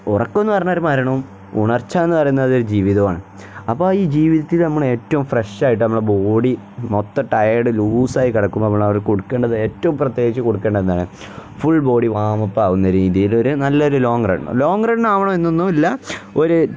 ഉറക്കം എന്നു പറഞ്ഞാൽ ഒരു മരണവും ഉണർച്ച എന്നു പറയുന്നത് ഒരു ജീവിതമാണ് അപ്പം ഈ ജീവിതത്തിൽ നമ്മൾ ഏറ്റവും ഫ്രഷ് ആയിട്ട് നമ്മളെ ബോഡി മൊത്തം ടയർഡ് ലൂസായി കിടക്കുമ്പം നമ്മൾ അവർ കൊടുക്കേണ്ടത് ഏറ്റവും പ്രത്യേകിച്ചു കൊടുക്കേണ്ടതെന്നാണ് ഫുൾ ബോഡി വാമപ്പ് ആകുന്ന രീതിയിൽ ഒരു നല്ല ഒരു ലോങ് റണ് ലോങ്ങ് റണ്ണാവണമെന്നൊന്നും ഇല്ല ഒരു